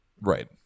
right